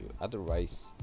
Otherwise